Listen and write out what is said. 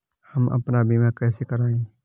हम अपना बीमा कैसे कराए?